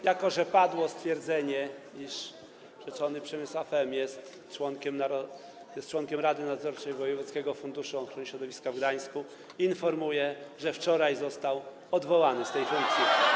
Jako że padło stwierdzenie, iż rzeczony Przemysław M. jest członkiem rady nadzorczej wojewódzkiego funduszu ochrony środowiska w Gdańsku, informuję, że wczoraj został odwołany z tej funkcji.